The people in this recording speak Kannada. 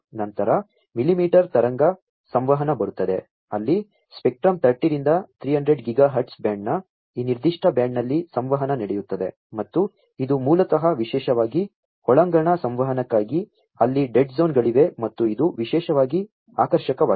ನಂತರ ಮಿಲಿಮೀಟರ್ ತರಂಗ ಸಂವಹನ ಬರುತ್ತದೆ ಅಲ್ಲಿ ಸ್ಪೆಕ್ಟ್ರಮ್ 30 ರಿಂದ 300 ಗಿಗಾ ಹರ್ಟ್ಜ್ ಬ್ಯಾಂಡ್ನ ಈ ನಿರ್ದಿಷ್ಟ ಬ್ಯಾಂಡ್ನಲ್ಲಿ ಸಂವಹನ ನಡೆಯುತ್ತದೆ ಮತ್ತು ಇದು ಮೂಲತಃ ವಿಶೇಷವಾಗಿ ಒಳಾಂಗಣ ಸಂವಹನಕ್ಕಾಗಿ ಅಲ್ಲಿ ಡೆಡ್ ಝೋನ್ಗಳಿವೆ ಮತ್ತು ಇದು ವಿಶೇಷವಾಗಿ ಆಕರ್ಷಕವಾಗಿದೆ